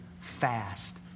fast